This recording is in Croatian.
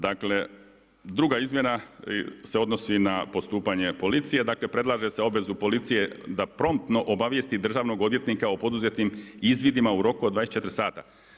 Dakle, druga izmjena se odnosi na postupanje policije, dakle predlaže se obvezu policije da promptno obavijesti državnog odvjetnika o poduzetim izvidima u roku od 24 sata.